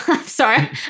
Sorry